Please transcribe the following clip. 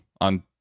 on